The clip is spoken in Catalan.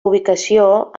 ubicació